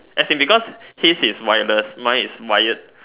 as in because he is wireless mine is wired